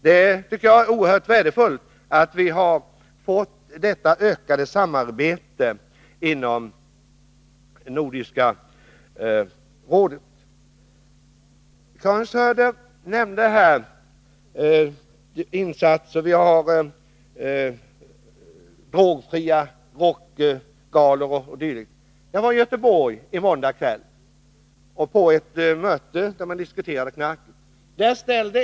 Jag tycker att det är oerhört värdefullt att vi fått detta ökade samarbete inom Nordiska rådet. Karin Söder nämnde bland de insatser som gjorts drogfria rockgalor o. d. Jag var i Göteborg i måndags kväll på ett möte där man diskuterade knark.